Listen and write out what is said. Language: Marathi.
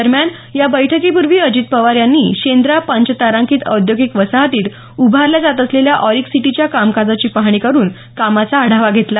दरम्यान या बैठकीपूर्वी अजित पवार यांनी शेंद्रा पंचतारांकित औद्योगिक वसाहतीत उभारल्या जात असलेल्या ऑरिक सिटीच्या कामकाजाची पाहणी करून कामाचा आढावा घेतला